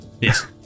Yes